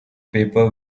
paper